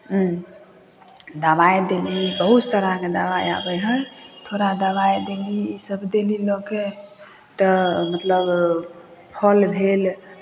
दबाइ देली बहुत साराके दबाइ आबै हइ थोड़ा दबाइ देली ईसभ देली लऽ कऽ तऽ मतलब फल भेल